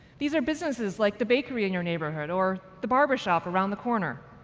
these are businesses like the bakery in your neighborhood, or the barbershop around the corner.